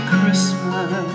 Christmas